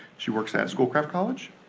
she works at schoolcraft college.